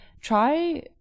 try